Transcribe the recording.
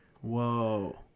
Whoa